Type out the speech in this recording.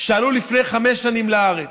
שעלו לפני חמש שנים לארץ.